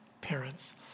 parents